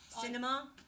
Cinema